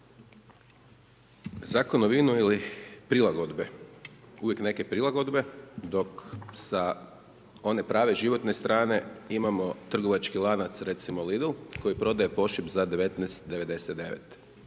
Zakon o vinu ili prilagodbe, uvijek neke prilagodbe dok sa one prave životne strane imamo trgovački lanac recimo Lidl koji prodaje pošip za 19,99.